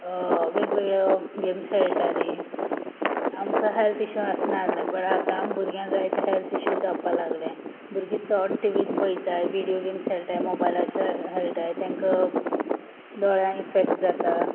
वेग वेगळ्यो गॅम्स खेळटालीं आमकां हॅल्थ इश्यू आसनासले बट आतां भुरग्यां जायते हॅल्थ इश्यू जावपा लागले भुरगीं चोड टी व्ही पोयताय व्हिडियो गॅम्स हेळटाय मोबायलाचेर हेळटाय तेंक दोळ्यां इफेक्ट जाता